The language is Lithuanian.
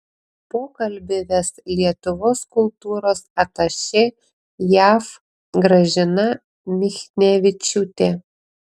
pokalbį ves lietuvos kultūros atašė jav gražina michnevičiūtė